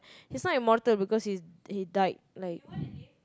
he's not immortal because he died like